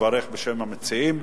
לברך בשם המציעים,